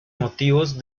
motivos